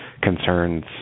concerns